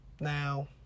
Now